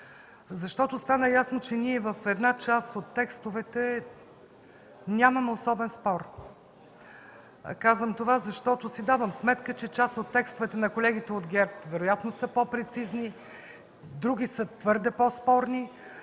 Защото стана ясно, че ние в една част от текстовете нямаме особен спор. Казвам това, защото си давам сметка, че част от текстовете на колегите от ГЕРБ вероятно са по-прецизни, други са твърде по-спорни.